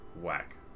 Whack